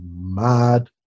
mad